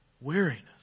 weariness